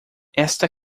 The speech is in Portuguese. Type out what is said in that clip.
esta